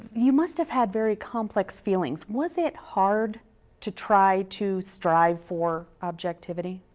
you must have had very complex feelings. was it hard to try to strive for objectivity?